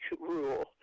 rule